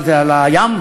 מה, זה על הים?